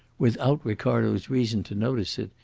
without ricardo's reason to notice it,